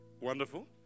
wonderful